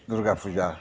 Durga Puja